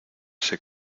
ese